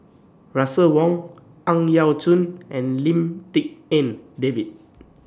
Russel Wong Ang Yau Choon and Lim Tik En David